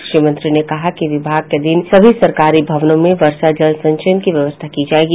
कृषि मंत्री ने कहा कि विभाग के अधीन सभी सरकारी भवनों में वर्षा जल संचयन की व्यवस्था की जायेगी